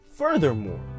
Furthermore